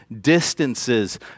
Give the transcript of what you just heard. distances